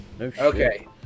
Okay